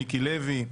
מיקי לוי,